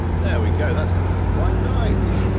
there we go, that's looking quite nice.